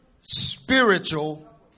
spiritual